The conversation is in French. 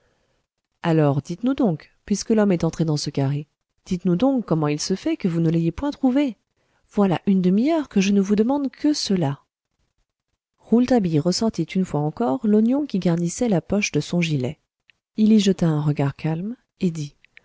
alors dites-nous donc puisque l'homme est entré dans ce carré dites-nous donc comment il se fait que vous ne l'ayez point trouvé voilà une demi-heure que je ne vous demande que cela rouletabille ressortit encore une fois l'oignon qui garnissait la poche de son gilet il y jeta un regard calme et